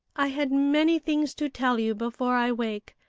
i had many things to tell you before i wake,